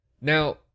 Now